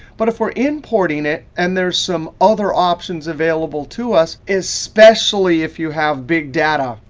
but if we're importing it, and there's some other options available to us, especially if you have big data,